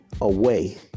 away